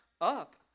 up